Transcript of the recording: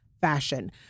fashion